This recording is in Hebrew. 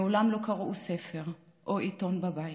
מעולם לא קראו ספר או עיתון בבית,